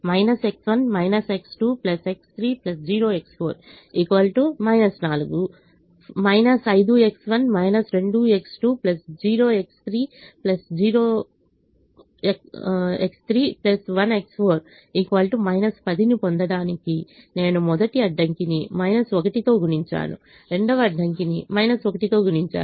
X1 X2 X30X4 4 5X1 2X20X3 0X31X4 10 ను పొందడానికి నేను మొదటి అడ్డంకిని 1 తో గుణించాను రెండవ అడ్డంకిని 1 తో గుణించాను